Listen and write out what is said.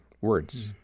words